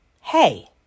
hey